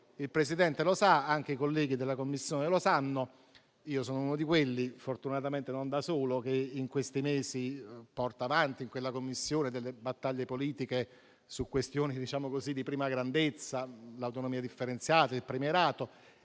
il Presidente e anche i colleghi della Commissione, io sono uno di quelli che, fortunatamente non da solo, in questi mesi portano avanti in quella Commissione battaglie politiche su questioni di prima grandezza, come l'autonomia differenziata e il premierato.